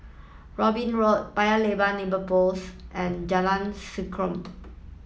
Robin Road Paya Lebar Neighbour Post and Jalan Serengam